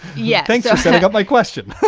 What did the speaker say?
yeah. thanks. i said i got my question